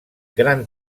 gran